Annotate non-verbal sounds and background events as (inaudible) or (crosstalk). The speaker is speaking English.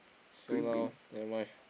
so now (breath) never mind